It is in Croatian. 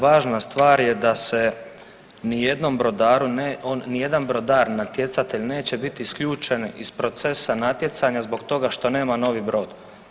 Važna stvar je da se nijednom brodaru ne, nijedan brodar natjecatelj neće biti isključen iz procesa natjecanja zbog toga što nema novi brod.